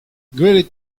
gwelet